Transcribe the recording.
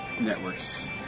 networks